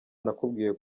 nakubwiye